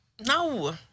No